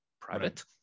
private